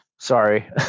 Sorry